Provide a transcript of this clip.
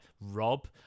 Rob